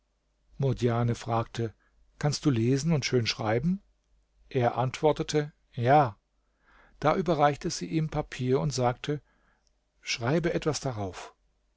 murdjane fragte kannst du lesen und schön schreiben er antwortete ja da überreichte sie ihm papier und sagte schreibe etwas darauf